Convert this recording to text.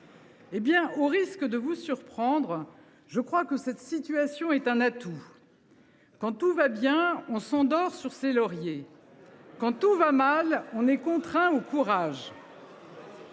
au risque de vous surprendre, je crois que cette situation est un atout. Quand tout va bien, on s’endort sur ses lauriers. » Les lauriers de Jupiter !« Quand tout va mal, on est contraint au courage.